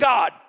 God